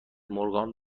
مورگان